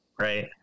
Right